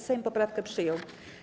Sejm poprawkę przyjął.